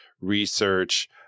research